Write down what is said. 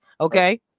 okay